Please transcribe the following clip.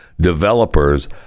developers